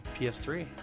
PS3